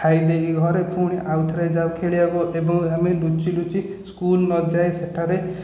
ଖାଇଦେଇକି ଘରେ ପୁଣି ଆଉଥରେ ଯାଉ ଖେଳିବାକୁ ଏବଂ ଆମେ ଲୁଚି ଲୁଚି ସ୍କୁଲ ନଯାଇ ସେଠାରେ